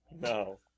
No